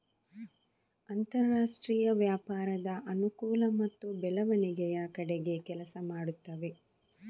ಅಂತರಾಷ್ಟ್ರೀಯ ವ್ಯಾಪಾರದ ಅನುಕೂಲ ಮತ್ತು ಬೆಳವಣಿಗೆಯ ಕಡೆಗೆ ಕೆಲಸ ಮಾಡುತ್ತವೆ